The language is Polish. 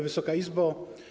Wysoka Izbo!